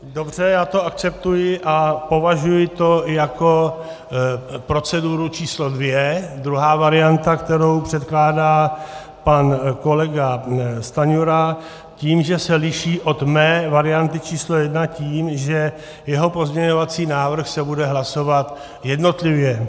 Dobře, já to akceptuji a považuji to jako proceduru č. 2, druhá varianta, kterou předkládá pan kolega Stanjura, s tím, že se liší od mé varianty č. 1 tím, že jeho pozměňovací návrh se bude hlasovat jednotlivě.